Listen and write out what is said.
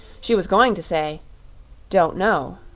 she was going to say don't know,